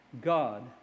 God